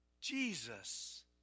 Jesus